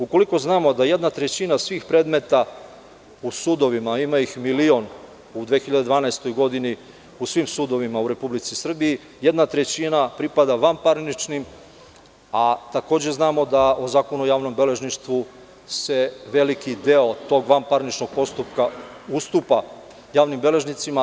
Ukoliko znamo da jedna trećina svih predmeta u sudovima, a ima ih milion u svim sudovima u 2012. godini, pripada vanparničnim, a takođe znamo da se po Zakonu o javnom beležništvu veliki deo tog vanparničnog postupka ustupa javnim beležnicima.